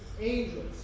Angels